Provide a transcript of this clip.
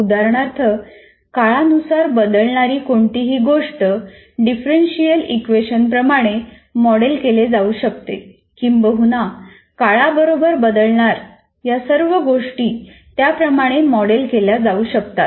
उदाहरणार्थ काळानुसार बदलणारी कोणतीही गोष्ट डिफरन्सीयल इक्वेशनप्रमाणे मॉडेल केले जाऊ शकते किंबहुना काळाबरोबर बदलणाऱ्या या सर्व गोष्टी त्याप्रमाणे मॉडेल केल्या जाऊ शकतात